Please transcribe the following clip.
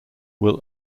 will